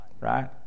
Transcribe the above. right